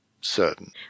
certain